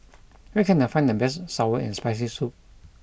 where can I find the best sour and spicy soup